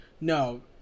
no